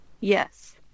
Yes